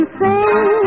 sing